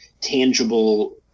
tangible